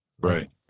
Right